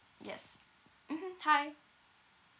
yes mmhmm hi